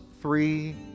three